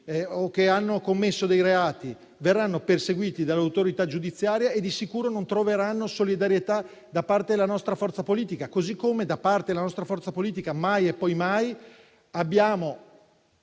o hanno commesso reati, verranno perseguiti dall'autorità giudiziaria e di sicuro non troveranno solidarietà da parte della nostra forza politica. Ugualmente, da parte della nostra forza politica mai e poi mai abbiamo